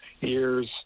years